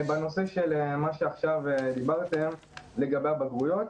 בנושא עליו דיברתם עכשיו, לגבי הבגרויות.